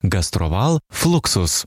gastroval fluksus